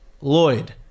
Lloyd